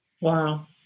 Wow